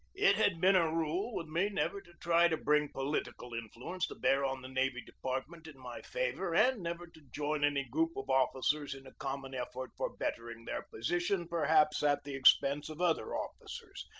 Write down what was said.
it had been a rule with me never to try to bring political influence to bear on the navy department in my favor and never to join any group of officers in a common effort for bettering their position per haps at the expense of other officers,